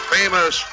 famous